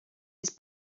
his